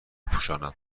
بپوشانم